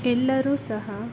ಎಲ್ಲರು ಸಹ